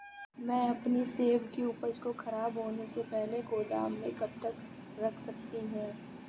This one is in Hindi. मैं अपनी सेब की उपज को ख़राब होने से पहले गोदाम में कब तक रख सकती हूँ?